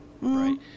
right